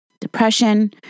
depression